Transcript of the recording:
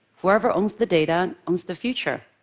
whoever owns the data owns the future.